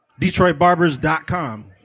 DetroitBarbers.com